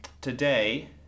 today